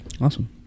Awesome